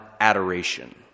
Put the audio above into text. adoration